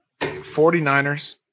49ers